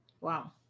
Wow